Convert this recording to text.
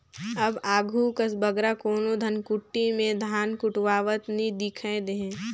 अब आघु कस बगरा कोनो धनकुट्टी में धान कुटवावत नी दिखई देहें